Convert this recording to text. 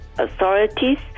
authorities